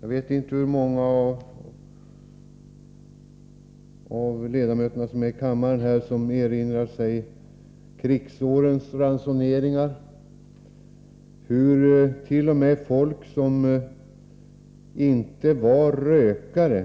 Jag vet inte hur många av kammarens ledamöter som kan erinra sig krigsårens ransoneringar, då t.o.m. personer som inte var rökare